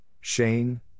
Shane